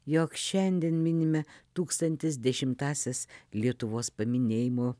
jog šiandien minime tūkstantis dešimtąsias lietuvos paminėjimo